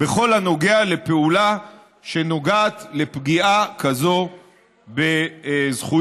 בכל הקשור לפעולה שנוגעת לפגיעה כזאת בזכויות.